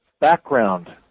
background